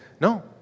no